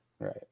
Right